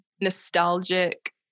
nostalgic